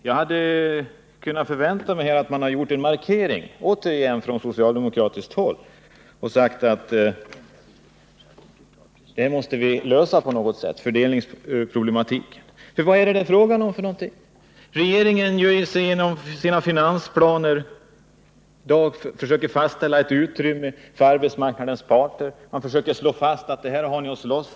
Jag hade kunnat förvänta mig att man på socialdemokratiskt håll återigen gör en markering och säger att fördelningsproblematiken måste lösas på något sätt. Vad är det fråga om? Regeringen försöker ju inom ramen för sina finansplaner fastställa ett utrymme för arbetsmarknadens parter. Man försöker slå fast: Det här har ni att slåss om.